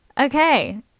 Okay